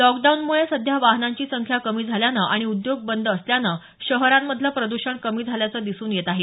लॉकडाऊनमुळे सध्या वाहनांची संख्या कमी झाल्यानं आणि उद्योग बंद असल्याचं शहरांमधलं प्रद्षण कमी झाल्याचं दिसून येत आहे